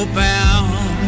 bound